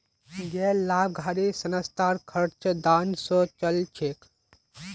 गैर लाभकारी संस्थार खर्च दान स चल छेक